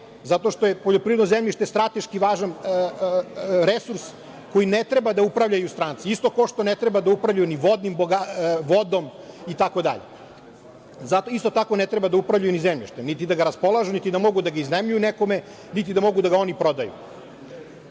ne, jer je poljoprivredno zemljište strateški važan resurs kojim ne treba da upravljaju stranci. Isto kao što ne treba da upravljaju vodom itd. Isto tako ne treba da upravljaju ni zemljom, niti da ga raspolažu, niti da mogu da ga iznajmljuju nekome, niti da mogu da ga oni prodaju. Ono